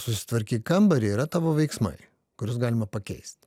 susitvarkyk kambarį yra tavo veiksmai kuriuos galima pakeist